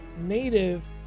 native